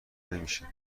نمیشه